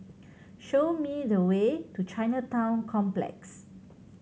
show me the way to Chinatown Complex